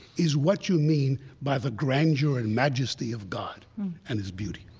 is what you mean by the grandeur and majesty of god and his beauty